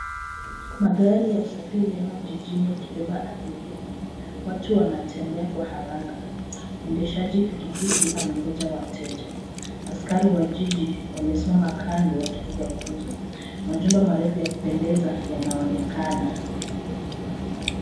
Magari ya usafiri yamo jijini yakibeba abiria. Watu wanatembea kwa haraka. Mwendeshaji pikipiki amegonja wateja. Askari wa jiji wamesimama kando wakipiga gumzo. Majumba marefu ya kupendeza yanaonekana.